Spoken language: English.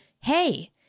hey